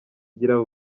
gira